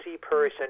person